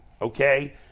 okay